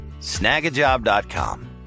snagajob.com